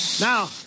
Now